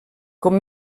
com